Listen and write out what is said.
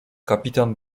kapitan